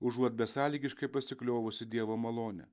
užuot besąlygiškai pasikliovusi dievo malone